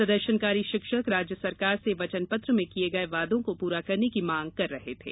प्रदर्शनकारी शिक्षक राज्य सरकार से वचनपत्र में किये गये वादों को पूरा करने की मांग कर रहे थे